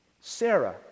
Sarah